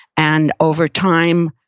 and over time,